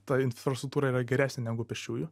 ta infrastruktūra yra geresnė negu pėsčiųjų